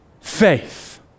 faith